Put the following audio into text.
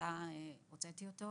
בהתחלה הוצאתי אותו.